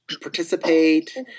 participate